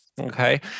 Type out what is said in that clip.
Okay